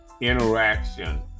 interaction